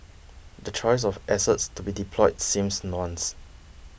the choice of assets to be deployed seems nuanced